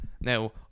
Now